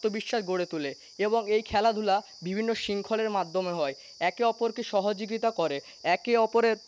আত্মবিশ্বাস গড়ে তোলে এবং এই খেলাধূলা বিভিন্ন শৃঙ্খলের মাধ্যমে হয় একে অপরকে সহযোগিতা করে একে অপরের